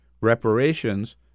reparations